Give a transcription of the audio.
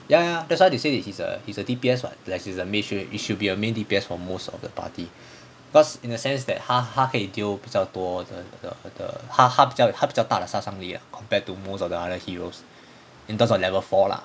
ya ya that's why they say that he's a he's a D_P_S [what] it should be a main D_P_S for most of the party cause in that sense that 他他可以丢比较多的那个那个他他比较他比较大的杀伤力 compared to most of the other heroes in terms of level four lah